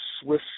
Swiss